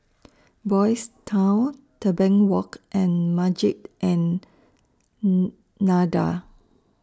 Boys' Town Tebing Walk and Masjid An Nahdhah